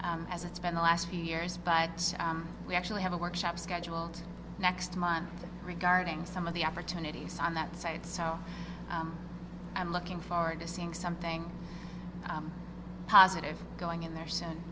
as it's been the last few years but we actually have a workshop scheduled next month regarding some of the opportunities on that side so i'm looking forward to seeing something positive going in there so